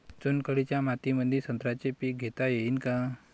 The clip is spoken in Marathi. चुनखडीच्या मातीमंदी संत्र्याचे पीक घेता येईन का?